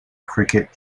cricket